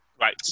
Right